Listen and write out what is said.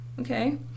okay